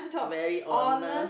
very honest